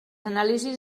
anàlisis